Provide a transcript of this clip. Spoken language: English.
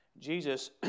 Jesus